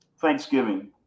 Thanksgiving